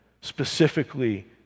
specifically